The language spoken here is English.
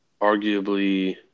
Arguably